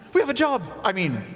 we have a job! i mean,